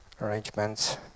arrangements